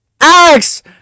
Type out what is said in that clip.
Alex